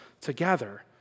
together